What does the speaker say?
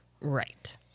Right